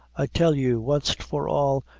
i tell you, wanst for all,